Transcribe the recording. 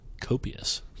copious